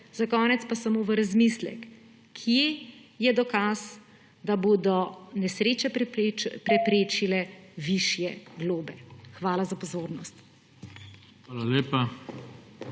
Za konec pa samo v razmislek: kje je dokaz, da bodo nesreče preprečile višje globe? Hvala za pozornost.